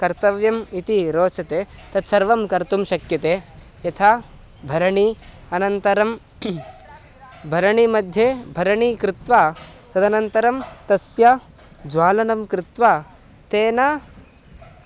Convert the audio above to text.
कर्तव्यम् इति रोचते तत्सर्वं कर्तुं शक्यते यथा भरणी अनन्तरं भरणी मध्ये भरणीं कृत्वा तदनन्तरं तस्य ज्वालनं कृत्वा तेन